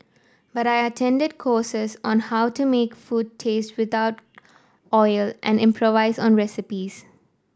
but I attended courses on how to make food taste without oil and improvise on recipes